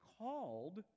called